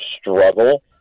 struggle